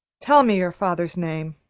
tell me your father's name.